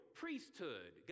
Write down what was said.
priesthood